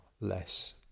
less